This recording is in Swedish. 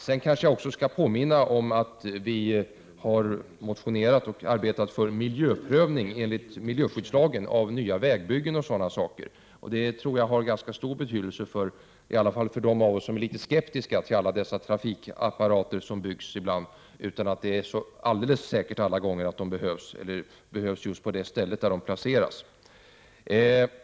Vi har också motionerat och arbetat för en miljöprövning enligt miljö skyddslagen när det gäller nya vägbyggen och liknande. Det tror jag har ganska stor betydelse, i alla fall för dem av oss som är litet skeptiska till alla dessa trafikapparater som byggs, ibland utan att det är helt klart att de behövs eller att de behövs just på det ställe där de placeras.